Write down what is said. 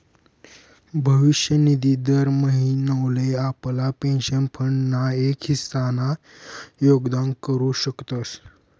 भविष्य निधी दर महिनोले आपला पेंशन फंड ना एक हिस्सा ना योगदान करू शकतस